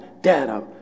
data